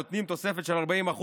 נותנים תוספת של 40%,